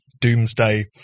doomsday